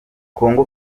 congo